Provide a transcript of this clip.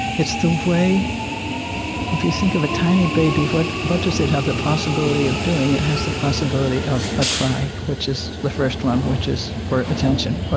it's the way if you think of a tiny baby, what but does it have the possibility of doing? it has the possibility of a cry, which is the first one, which is for attention,